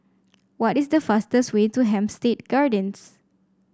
what is the fastest way to Hampstead Gardens